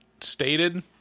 stated